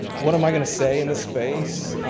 what am i gonna say in this space?